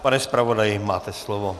Pane zpravodaji, máte slovo.